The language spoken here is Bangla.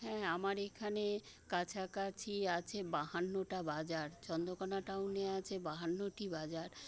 হ্যাঁ আমার এখানে কাছাকাছি আছে বাহান্নটা বাজার চন্দ্রকোনা টাউনে আছে বাহান্নটি বাজার